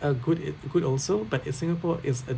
a good it good also but in singapore it's a